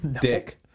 Dick